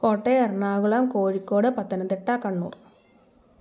Kottayam Ernakulam Kozhikode Pathanamthitta Kannur